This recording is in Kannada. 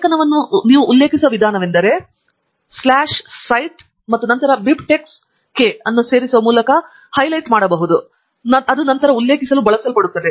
ಲೇಖನವನ್ನು ನೀವು ಉಲ್ಲೇಖಿಸುವ ವಿಧಾನವೆಂದರೆ cite ಮತ್ತು ನಂತರ BibTeX k ಅನ್ನು ಸೇರಿಸುವ ಮೂಲಕಇಲ್ಲಿ ಹೈಲೈಟ್ ಮಾಡಲ್ಪಟ್ಟಿದೆ ಅದು ನಂತರ ಉಲ್ಲೇಖಿಸಲು ಬಳಸಲ್ಪಡುತ್ತದೆ